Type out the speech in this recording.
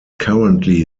currently